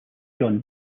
john